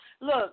look